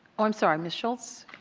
i'm sorry. ms. schultz.